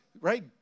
right